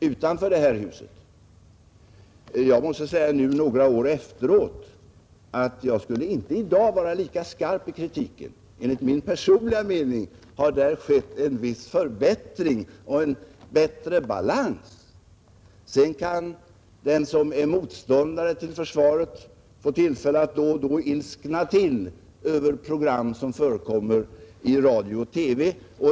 Nu några år efteråt måste jag säga att jag i dag inte skulle vara lika skarp i kritiken. Enligt min personliga mening har därvidlag skett en viss förbättring, eftersom man iakttar en bättre balans. Sedan kan de som är motståndare till försvaret då och då ilskna till över program som förekommer i radio och TV.